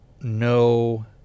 No